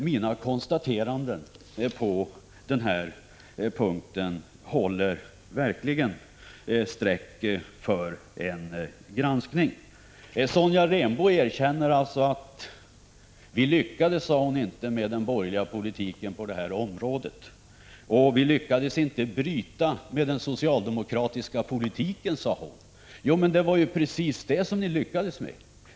Mina konstateranden på den här punkten håller verkligen för en granskning. Sonja Rembo erkänner alltså att de borgerliga inte lyckades med politiken på detta område. De lyckades inte bryta med den socialdemokratiska politiken, sade hon. Men det var precis det som ni lyckades med.